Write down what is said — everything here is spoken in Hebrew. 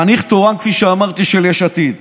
חניך תורן, כפי שאמרתי, של יש עתיד.